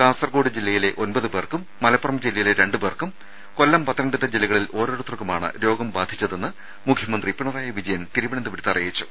കാസർകോട് ജില്ലയിലെ ഒമ്പത് പേർക്കും മലപ്പുറം ജില്ലയിലെ രണ്ടു പേർക്കും കൊല്ലം പത്തനംതിട്ട ജില്ലകളിൽ ഓരോരുത്തർക്കുമാണ് രോഗം ബാധിച്ചതെന്ന് മുഖ്യമന്ത്രി പിണറായി വിജയൻ തിരുവനന്തപുരത്ത് അറിയിച്ചു